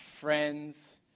friends